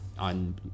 On